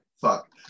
Fuck